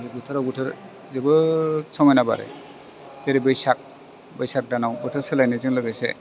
बोथोराव बोथोर जोबोर समायना बारो जेरै बैसाग बैसाग दानाव बोथोर सोलायनायजों लोगोसे